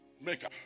maker